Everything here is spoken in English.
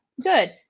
good